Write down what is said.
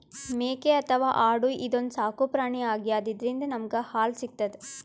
ಮೇಕೆ ಅಥವಾ ಆಡು ಇದೊಂದ್ ಸಾಕುಪ್ರಾಣಿ ಆಗ್ಯಾದ ಇದ್ರಿಂದ್ ನಮ್ಗ್ ಹಾಲ್ ಸಿಗ್ತದ್